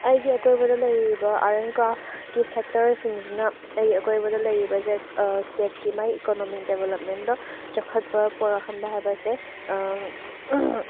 ꯑꯩꯒꯤ ꯑꯀꯣꯏꯕꯗ ꯂꯩꯔꯤꯕ ꯑꯥꯔꯠ ꯑꯦꯟ ꯀ꯭ꯔꯥꯐꯀꯤ ꯁꯦꯛꯇꯔꯁꯤꯡꯁꯤꯅ ꯑꯩꯒꯤ ꯑꯀꯣꯏꯕꯗ ꯂꯩꯔꯤꯕꯁꯦ ꯏꯁꯇꯦꯠꯀꯤ ꯃꯥꯒꯤ ꯏꯀꯣꯅꯣꯃꯤꯛ ꯗꯤꯕꯂꯞꯃꯦꯟꯗ ꯆꯥꯎꯈꯠꯄ ꯄꯣꯔꯛꯍꯟꯕ ꯍꯥꯏꯕꯁꯦ